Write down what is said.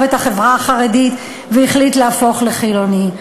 את החברה החרדית והחליט להפוך לחילוני.